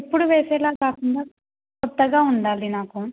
ఎప్పుడు వేసేలాగ కాకుండా కొత్తగా ఉండాలి నాకు